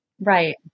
Right